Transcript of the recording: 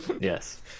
Yes